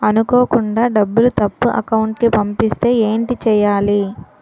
అనుకోకుండా డబ్బులు తప్పు అకౌంట్ కి పంపిస్తే ఏంటి చెయ్యాలి?